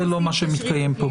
זה לא מה שמתקיים פה.